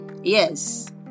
Yes